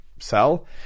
sell